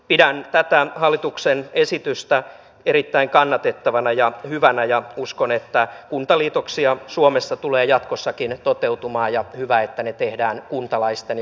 pidän tätä hallituksen esitystä erittäin kannatettavana ja hyvänä ja uskon että kuntaliitoksia suomessa tulee jatkossakin toteutumaan ja hyvä että ne tehdään kuntalaisten ja kuntapäättäjien johdolla